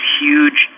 huge